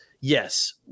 Yes